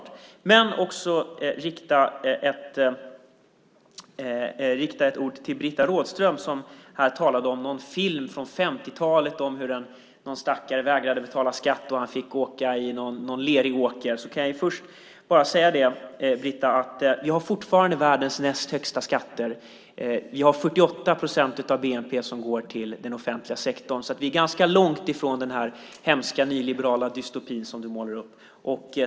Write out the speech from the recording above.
Jag vill också rikta några ord till Britta Rådström som talade om en film från 50-talet där någon stackare vägrade betala skatt och fick åka i en lerig åker. Britta, vi har fortfarande världens näst högsta skatter. 48 procent av bnp går till den offentliga sektorn. Vi är ganska långt från den hemska nyliberala dystopin som du målar upp.